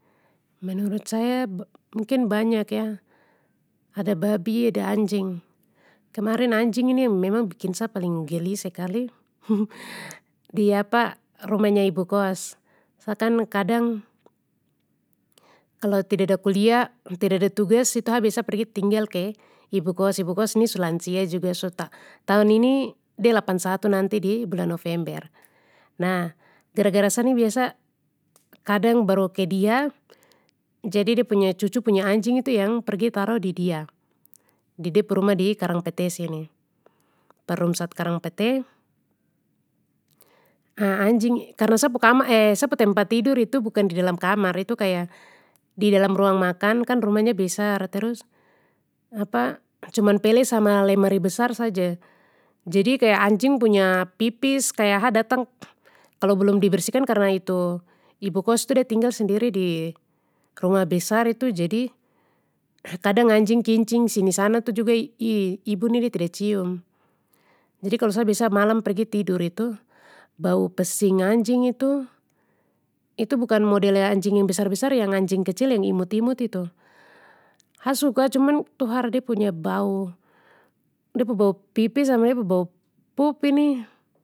Menurut saya mungkin banyak ya, ada babi ada anjing. Kemarin anjing ini yang memang bikin sa paling geli sekali di rumahnya ibu kos, sa kan kadang, kalo tidada kuliah tidada tugas itu sa biasa pergi tinggal ke, ibu kos, ibu kos ni su lansia juga su ta-tahun ini de lapan satu nanti di bulan november, nah, gara gara sa ni biasa, kadang baru ke dia, jadi de punya cucu punya anjing itu yang taruh pergi taruh di dia. Di de pu rumah di karang pete sini, perumsat karang pete. Ah anjing-karna sa pu kamar sa pu tempat tidur itu bukan di dalam kamar itu kaya di dalam ruang makan kan rumahnya besar terus cuman pele sama lemari besar saja, jadi kaya anjing punya pipis kaya ha datang, kalo belum dibersihkan karna itu, ibu kos tu de tinggal sendiri di rumah besar itu jadi, kadang anjing kincing sini sana tu juga i-ibu ni de tida cium, jadi kalo sa biasa malam pergi tidur itu, bau pesing anjing itu, itu bukan model ya anjing yang besar besar yang anjing kecil yang imut imut itu. Ha suka cuma tuhar de pu bau pipis sama de pu bau pup ini.